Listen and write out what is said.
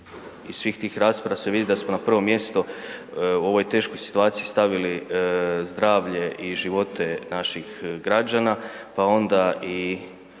iz svih tih rasprava se vidi da smo na prvo mjesto u ovoj teškoj situaciji stavili zdravlje i živote naših građana pa onda i